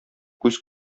күз